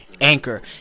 Anchor